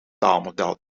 taalmodel